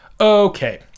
Okay